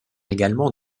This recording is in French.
également